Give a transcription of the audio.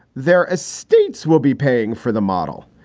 their estates will be paying for the model,